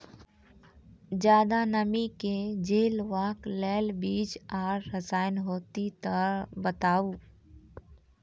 ज्यादा नमी के झेलवाक लेल बीज आर रसायन होति तऽ बताऊ?